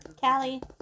Callie